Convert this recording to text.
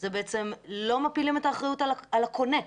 זה בעצם לא מפילים את האחריות על הקונה,